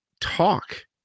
talk